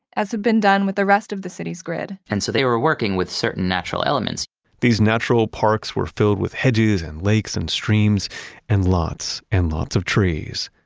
as had been done with the rest of the city's grid and so they were working with certain natural elements these natural parks were filled with hedges and lakes and streams and lots and lots of trees,